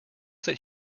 that